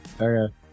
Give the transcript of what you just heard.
Okay